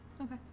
Okay